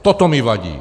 Toto mi vadí.